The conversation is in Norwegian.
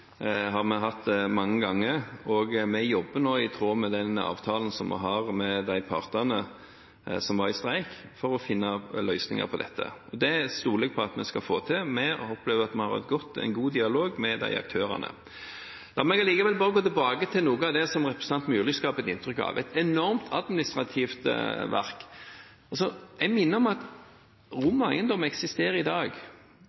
har vi hatt mange ganger, og vi jobber nå i tråd med den avtalen som vi har med de partene som var i streik, for å finne løsninger på dette. Det stoler jeg på at vi skal få til. Vi opplever at vi har en god dialog med de aktørene. La meg likevel gå tilbake til noe av det som representanten Myrli skaper et inntrykk av, at det er et enormt administrativt apparat. Jeg minner om at